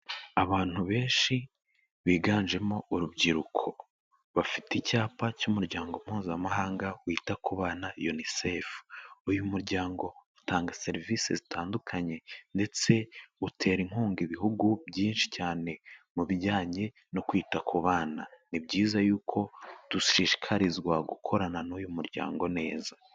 Abantu benshi biganjemo urubyiruko, bafite icyapa cy'umuryango Mpuzamahanga wita ku bana UNICEF, uyu muryango utanga serivisi zitandukanye ndetse utera inkunga ibihugu byinshi cyane mu bijyanye no kwita ku bana, ni byiza y'uko dushishikarizwa gukorana n'uyu muryango neza.